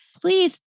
Please